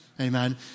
Amen